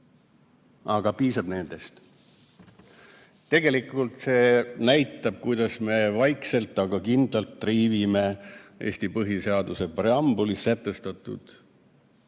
Aga piisab nendest. Tegelikult see näitab, kuidas me vaikselt, aga kindlalt triivime Eesti põhiseaduse preambulis sätestatud